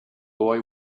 boy